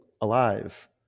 alive